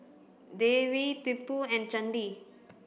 Devi Tipu and Chandi